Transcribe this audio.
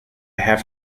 have